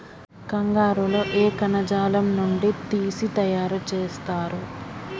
కంగారు లో ఏ కణజాలం నుండి తీసి తయారు చేస్తారు?